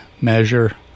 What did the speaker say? measure